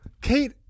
Kate